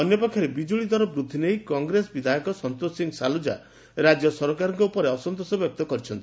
ଅନ୍ୟ ପକ୍ଷରେ ବିକୁଳି ଦର ବୃଦ୍ଧି ନେଇ କଂଗ୍ରେସ ବିଧାୟକ ସନ୍ତୋଷ ସିଂ ସାଲୁଜା ରାଜ୍ୟ ସରକାରଙ୍କ ଉପରେ ଅସନ୍ତୋଷ ପ୍ରକାଶ କରିଛନ୍ତି